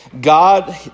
God